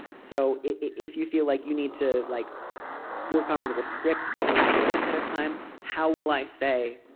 so if you feel like you need to like work on a little script or practice ahead of time how will i say.